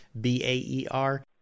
b-a-e-r